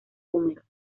húmedos